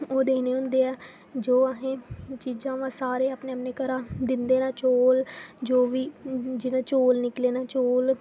ओह् देने होंदे ऐ जो अहे्ं चीज़ां सारे अपने अपने घरा दिंदे न चौल जो बी जि'यां चौल निकले न चौल